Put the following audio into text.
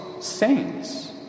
saints